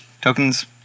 Tokens